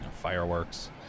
fireworks